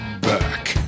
back